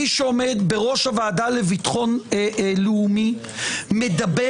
מי שעומד בראש הוועדה לביטחון לאומי מדבר